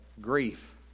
grief